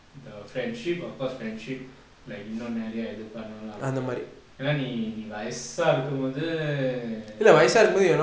the friendship of course friendship like இன்னும் நெறைய இது பண்ணும்லா ஏன்னா நீ நீ வயசா இருக்கும் போது:innum neraya ithu pannumla eanna nee nee vayasa irukkum pothu err